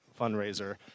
fundraiser